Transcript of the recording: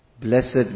blessed